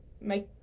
make